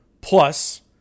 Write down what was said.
plus